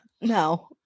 No